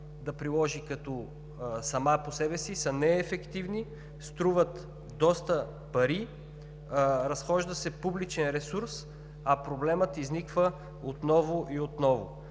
да приложи сама по себе си, са неефективни, струват доста пари, разходва се публичен ресурс, а проблемът изниква отново и отново.